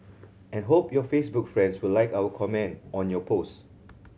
and hope your Facebook friends will like or comment on your post